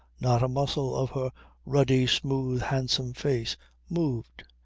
not a muscle of her ruddy smooth handsome face moved.